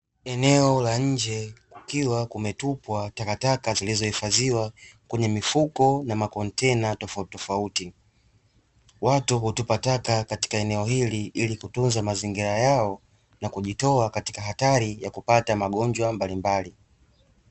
Eneo la nje kukiwa kumetupwa takataka zilizohifadhiwa kwenye mifuko na makontena tofautitofauti. Watu hutupa taka katika eneo hili, ili kutunza mazingira yao na kujitoa katika hatari ya kupata magonjwa mbalimbali.